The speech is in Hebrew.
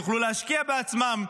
שיוכלו להשקיע בעצמן,